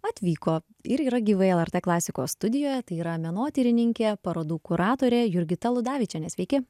atvyko ir yra gyvai lrt klasikos studijoje tai yra menotyrininkė parodų kuratorė jurgita ludavičienė sveiki